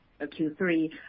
Q3